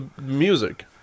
music